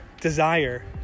desire